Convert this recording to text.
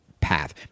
path